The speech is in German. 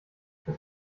was